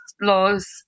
laws